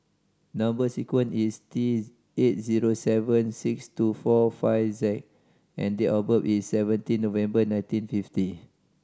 number sequence is T eight zero seven six two four five Z and date of birth is seventeen November nineteen fifty